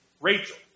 Rachel